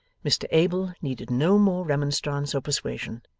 mr abel needed no more remonstrance or persuasion.